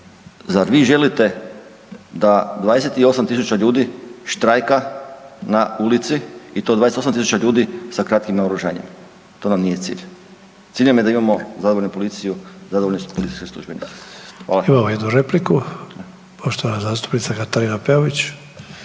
zar vi želite da 28.000 ljudi štrajka na ulici i to 28.000 ljudi sa kratkim naoružanjem, to nam nije cilj. Cilj nam je da imamo zadovoljnu policiju, zadovoljne policijske službenike. Hvala. **Sanader, Ante (HDZ)** Imamo jednu repliku. Poštovan zastupnica Katarina Peović.